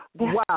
Wow